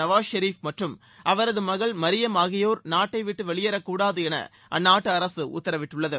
நவாஸ் ஷெரீப் மற்றும் அவரது மகள் மரியம் ஆகியோர் நாட்டை விட்டு வெளியேறக்கூடாது என அந்நாட்டு அரசு உத்தரவிட்டுள்ளது